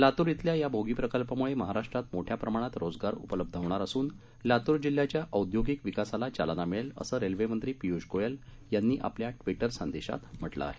लातूर इथल्या या बोगीप्रकल्पामुळेमहाराष्ट्रात मोठ्या प्रमाणात रोजगार उपलब्ध होणार असून लातूर जिल्ह्याच्याऔद्योगिकविकासालाचालनामिळेलअसंरेल्वेमंत्री पियुष गोयल यांनी आपल्या ट्विटर संदेशात म्हटलं आहे